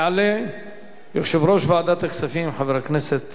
יעלה יושב-ראש ועדת הכספים, חבר הכנסת